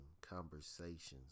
conversations